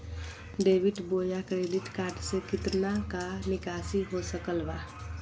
Debit बोया credit card से कितना का निकासी हो सकल बा?